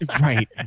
Right